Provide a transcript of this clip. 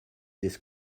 this